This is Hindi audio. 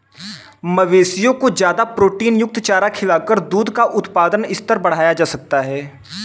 मवेशियों को ज्यादा प्रोटीनयुक्त चारा खिलाकर दूध का उत्पादन स्तर बढ़ाया जा सकता है